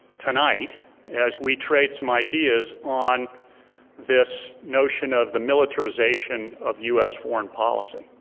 tonight as we trade some ideas on this notion of the militarization of us foreign policy.